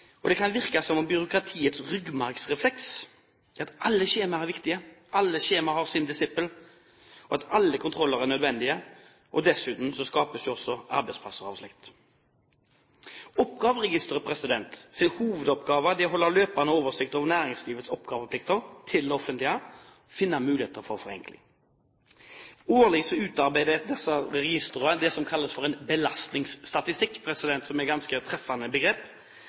Det kan virke som om byråkratiets ryggmargsrefleks er at alle skjemaer er viktige, alle skjemaer har sin disippel, og at alle kontroller er nødvendige. Dessuten skapes det jo arbeidsplasser av slikt. Oppgaveregisterets hovedoppgave er å holde løpende oversikt over næringslivets oppgaveplikter til det offentlige og finne muligheter for forenkling. Årlig utarbeides det som kalles en belastningsstatistikk – som er et ganske treffende begrep